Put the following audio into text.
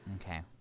Okay